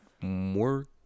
more